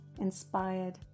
inspired